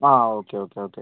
ആ okay okay okay